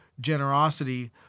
generosity